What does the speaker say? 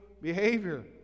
behavior